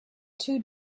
two